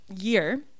year